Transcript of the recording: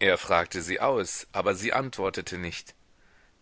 er fragte sie aus aber sie antwortete nicht